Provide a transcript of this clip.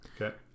Okay